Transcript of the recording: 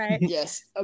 Yes